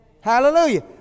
Hallelujah